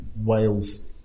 Wales